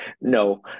No